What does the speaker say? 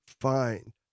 find